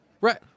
Right